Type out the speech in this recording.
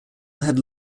had